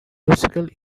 musical